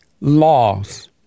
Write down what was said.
laws